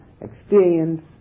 experience